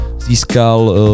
získal